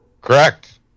Correct